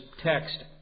text